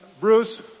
Bruce